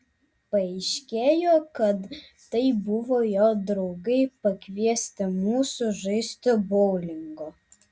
paaiškėjo kad tai buvo jo draugai pakviesti mūsų žaisti boulingo